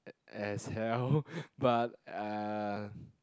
as hell but uh